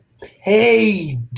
paid